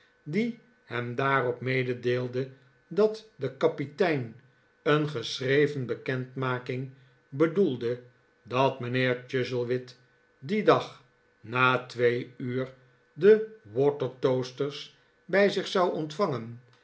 die hem daarop meedeelde dat de kapitein een geschreven bekendmaking bedoelde dat mijnheer chuzzlewit dien dag na twee uur de watertpasters bij zich zou ontvangen